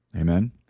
Amen